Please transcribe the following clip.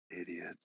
Idiot